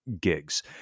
gigs